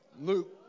Luke